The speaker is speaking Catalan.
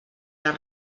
les